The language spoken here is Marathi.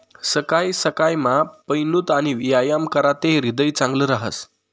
सकाय सकायमा पयनूत आणि यायाम कराते ह्रीदय चांगलं रहास